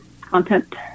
content